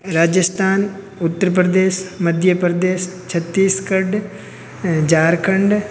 Rajasthan Uttar Pradesh Madhya Pradesh Chhattisgarh Jharkhand